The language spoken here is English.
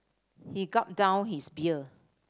he gulped down his beer